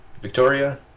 Victoria